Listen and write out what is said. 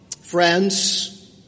friends